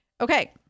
Okay